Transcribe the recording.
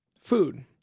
Food